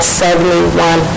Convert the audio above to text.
71